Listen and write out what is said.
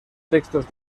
textos